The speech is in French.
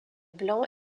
blanc